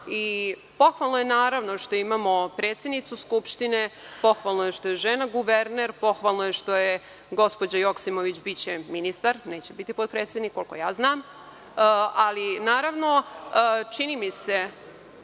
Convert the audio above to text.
Pohvalno je, naravno, što imamo predsednicu Skupštine. Pohvalno je što je žena guverner, pohvalno je što će gospođa Joksimović biti ministar, neće biti potpredsednik, koliko ja znam. Ali, čini mi se